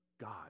God